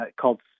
called